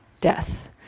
death